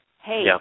hey